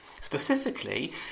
Specifically